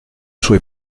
suoi